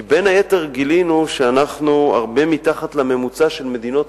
כי בין היתר גילינו שאנחנו הרבה מתחת לממוצע של מדינות